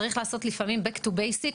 צריך לעשות לפעמים חזרה לבסיס,